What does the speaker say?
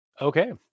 okay